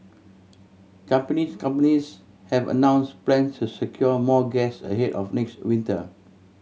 companies companies have announced plans to secure more gas ahead of next winter